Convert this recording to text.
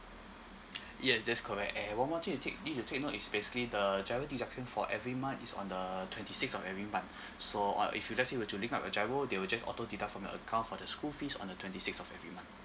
yes that's correct and one more thing you take need to take note is basically the giro deduction for every month is on the twenty sixth of every month so uh if you let's say if you were to link up the giro they will just auto deduct from your account for the school fees on the twenty sixth of every month